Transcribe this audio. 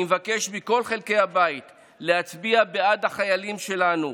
אני מבקש מכל חלקי הבית להצביע בעד החיילים שלנו,